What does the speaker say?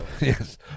Yes